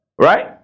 right